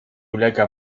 ulega